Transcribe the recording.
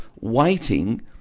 waiting